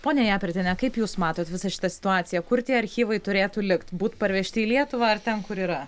ponia japertiene kaip jūs matot visą šitą situaciją kur tie archyvai turėtų likt būt parvežti į lietuvą ar ten kur yra